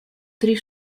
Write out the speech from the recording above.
три